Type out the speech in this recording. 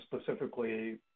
specifically